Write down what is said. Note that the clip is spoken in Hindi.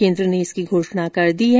केन्द्र ने इसकी घोषणा कर दी है